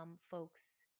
folks